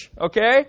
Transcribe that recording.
Okay